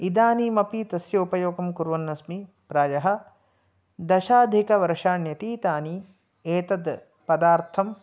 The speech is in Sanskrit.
इदानीमपि तस्य उपयोगं कुर्वन्नस्मि प्रायः दशाधिकवर्षाण्यतीतानि एतत् पदार्थं